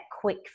quick